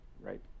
Right